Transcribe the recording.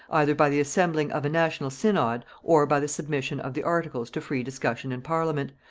either by the assembling of a national synod or by the submission of the articles to free discussion in parliament,